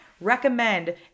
recommend